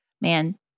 Man